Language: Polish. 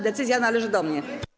Decyzja należy do mnie.